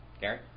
Gary